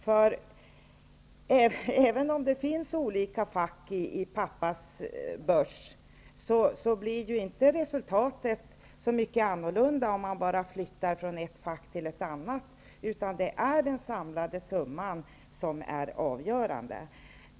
Även om det finns olika fack i pappas börs, blir ju inte resultatet så mycket annorlunda om man bara flyttar från ett fack till ett annat, utan det är den samlade summan som är avgörande.